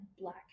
black